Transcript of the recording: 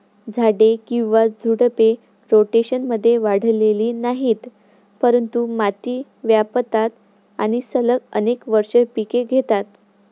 झाडे किंवा झुडपे, रोटेशनमध्ये वाढलेली नाहीत, परंतु माती व्यापतात आणि सलग अनेक वर्षे पिके घेतात